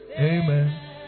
Amen